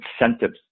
incentives